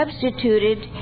substituted